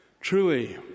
truly